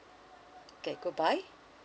okay goodbye